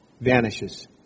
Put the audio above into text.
vanishes